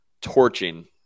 torching –